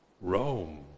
Rome